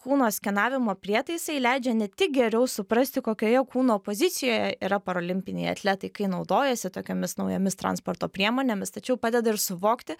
kūno skenavimo prietaisai leidžia ne tik geriau suprasti kokioje kūno pozicijoje yra paralimpiniai atletai kai naudojasi tokiomis naujomis transporto priemonėmis tačiau padeda ir suvokti